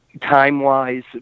time-wise